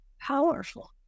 powerful